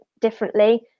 differently